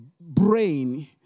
brain